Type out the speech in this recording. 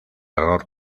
error